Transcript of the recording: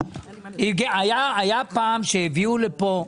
היה פעם שהביאו לפה,